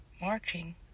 marching